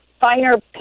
finer